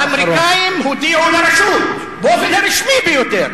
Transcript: האמריקנים הודיעו לרשות באופן הרשמי ביותר,